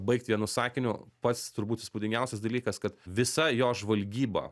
baigt vienu sakiniu pats turbūt įspūdingiausias dalykas kad visa jo žvalgyba